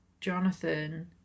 Jonathan